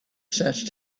sensed